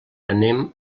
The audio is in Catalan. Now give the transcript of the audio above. anem